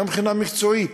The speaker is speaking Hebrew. גם בחינה מקצועית,